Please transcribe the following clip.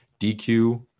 DQ